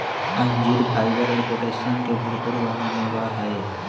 अंजीर फाइबर और पोटैशियम के भरपुर वाला मेवा हई